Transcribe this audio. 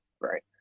right